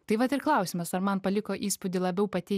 tai vat ir klausimas ar man paliko įspūdį labiau pati